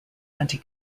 anti